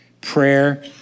Prayer